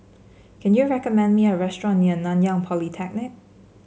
can you recommend me a restaurant near Nanyang Polytechnic